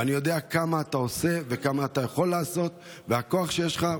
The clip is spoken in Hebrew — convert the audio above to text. ואני יודע כמה אתה עושה וכמה אתה יכול לעשות ואיזה כוח יש לך,